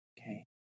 Okay